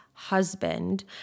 husband